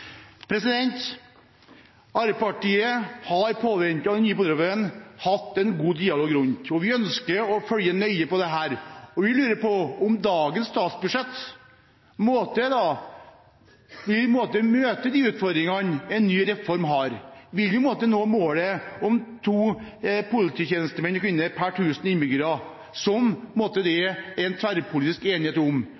Arbeiderpartiet har i påvente av den nye politireformen hatt en god dialog rundt omkring, og vi ønsker å følge nøye med på dette. Vi lurer på om dagens statsbudsjett møter de utfordringene en ny reform har. Vil vi nå målet om to polititjenestemenn og -kvinner per 1 000 innbyggere, som det